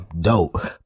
dope